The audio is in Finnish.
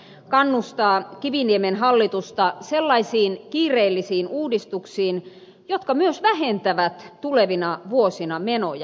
kristillisdemokraattinen eduskuntaryhmä kannustaa kiviniemen hallitusta sellaisiin kiireellisiin uudistuksiin jotka myös vähentävät tulevina vuosina menoja